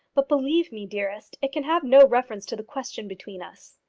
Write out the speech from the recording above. but, believe me, dearest, it can have no reference to the question between us.